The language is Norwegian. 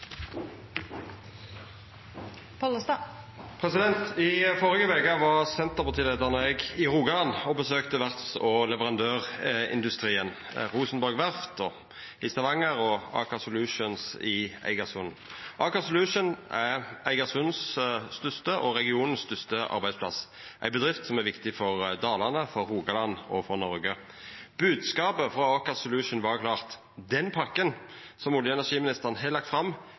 I førre veke var Senterparti-leiaren og eg i Rogaland og besøkte verfts- og leverandørindustrien – Rosenberg Verft i Stavanger og Aker Solutions i Eigersund. Aker Solutions er den største arbeidsplassen i Eigersund og i regionen – ei bedrift som er viktig for Dalane, for Rogaland og for Noreg. Bodskapen frå Aker Solutions var klar: Den pakken som olje- og energiministeren har lagt fram,